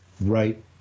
right